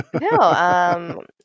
No